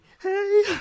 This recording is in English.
hey